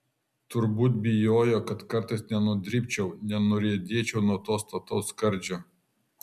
turbūt bijojo kad kartais nenudribčiau nenuriedėčiau nuo to stataus skardžio